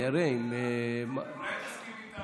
נראה אם, אולי תסכים איתה?